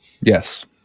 Yes